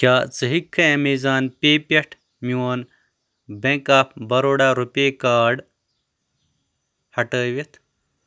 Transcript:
کیٛاہ ژٕ ہٮ۪کٕکھٕ اَمیزان پے پٮ۪ٹھٕ میون bank of Baroda RuPay card ہٹٲوِتھ